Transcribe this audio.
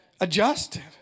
adjusted